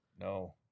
No